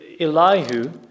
Elihu